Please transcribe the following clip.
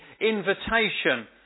invitation